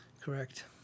Correct